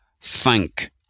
thank